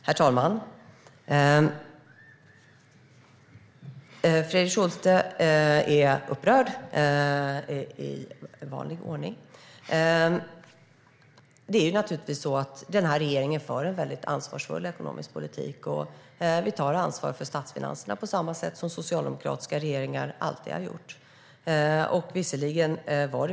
Herr talman! Fredrik Schulte är upprörd i vanlig ordning. Den här regeringen för en ansvarsfull ekonomisk politik. Vi tar ansvar för statsfinanserna på samma sätt som socialdemokratiska regeringar alltid har gjort.